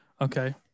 Okay